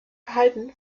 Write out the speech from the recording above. verhalten